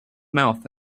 mouth